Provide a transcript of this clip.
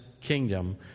kingdom